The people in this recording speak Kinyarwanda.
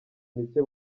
micye